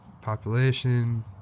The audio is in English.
population